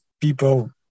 people